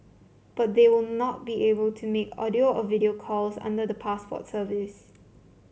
but they will not be able to make audio or video calls under the passport service